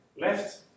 left